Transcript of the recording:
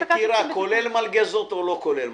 כולל מלגזות או לא כולל?